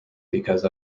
because